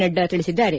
ನಡ್ಡಾ ತಿಳಿಸಿದ್ದಾರೆ